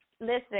listen